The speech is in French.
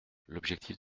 l’objectif